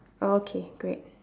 okay great